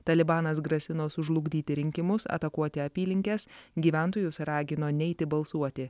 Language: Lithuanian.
talibanas grasino sužlugdyti rinkimus atakuoti apylinkes gyventojus ragino neiti balsuoti